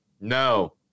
No